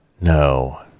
No